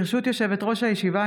ברשות יושב-ראש הישיבה,